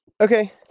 okay